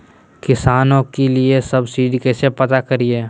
किसानों के लिए सब्सिडी कैसे प्राप्त करिये?